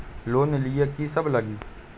Loan लिए की सब लगी?